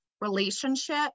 relationship